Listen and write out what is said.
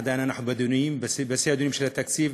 בשיא הדיונים של התקציב,